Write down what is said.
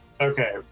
Okay